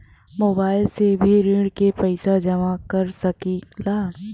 Mobile से भी ऋण के पैसा जमा कर सकी ला?